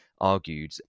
argued